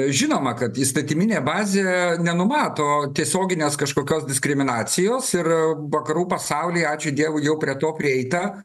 žinoma kad įstatyminė bazė nenumato tiesioginės kažkokios diskriminacijos ir vakarų pasaulyje ačiū dievui jau prie to prieita